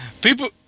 people